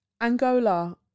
Angola